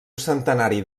centenari